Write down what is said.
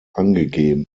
angegeben